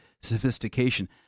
sophistication